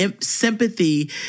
sympathy